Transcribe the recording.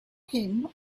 him